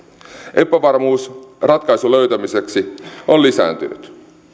epävarmuus ratkaisun löytämiseksi on lisääntynyt